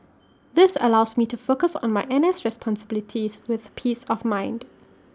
this allows me to focus on my N S responsibilities with peace of mind